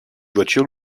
voiture